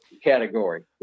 category